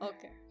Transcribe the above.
Okay